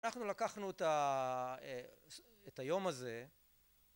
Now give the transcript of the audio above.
אנחנו לקחנו את היום הזה